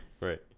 right